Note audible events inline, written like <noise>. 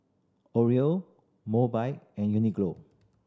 Oreo Mobike and <unintelligible>